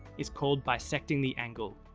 its called bisecting the angle,